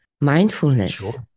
mindfulness